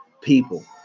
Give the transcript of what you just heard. people